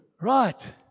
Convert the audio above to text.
Right